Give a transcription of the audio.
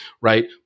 right